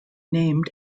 named